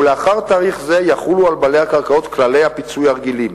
ולאחר תאריך זה יחולו על בעלי הקרקעות כללי הפיצוי הרגילים.